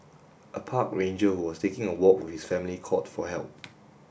a park ranger who was taking a walk with his family called for help